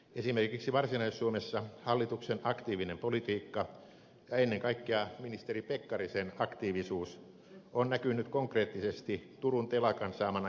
esimerkiksi varsinais suomessa hallituksen aktiivinen politiikka ja ennen kaikkea ministeri pekkarisen aktiivisuus on näkynyt konkreettisesti turun telakan saamana jättitilauksena